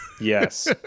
Yes